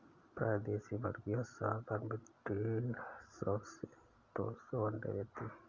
प्रायः देशी मुर्गियाँ साल भर में देढ़ सौ से दो सौ अण्डे देती है